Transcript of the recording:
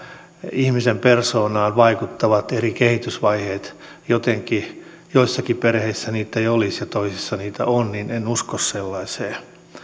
ihmisen persoonaan vaikuttavat eri kehitysvaiheet jotenkin joissakin perheissä niitä ei olisi ja toisissa niitä on en usko sellaiseen